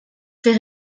fait